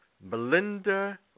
Belinda